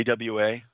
AWA